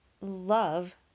love